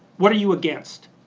what are you against?